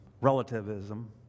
relativism